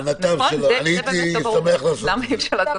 הייתי שמח לעשות את זה.